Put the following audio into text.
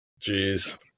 Jeez